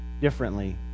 differently